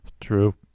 True